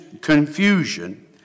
confusion